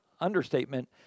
understatement